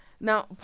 now